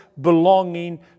belonging